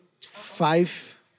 five